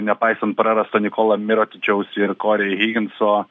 nepaisant prarasto nikola mirotičiaus ir kori higinso